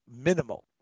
minimal